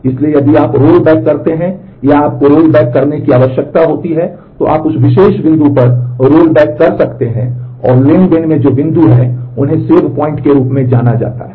इसलिए यदि आप रोलबैक कर सकते हैं और ट्रांज़ैक्शन में जो बिंदु हैं उन्हें SAVEPOINT के रूप में जाना जाता है